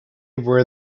were